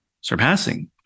surpassing